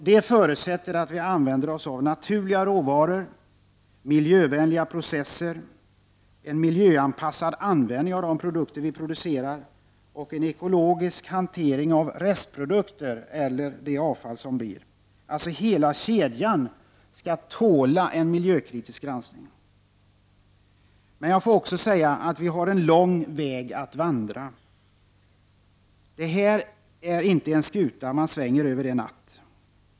Det förutsätter att vi använder oss av naturliga råvaror, miljövän liga processer och har en miljöanpassad användning av de produkter som vi producerar samt en ekologisk hantering av avfallet. Hela kedjan skall alltså tåla en miljökritisk granskning. Men vi har en lång väg att vandra. Detta är inte en skuta man svänger över en natt.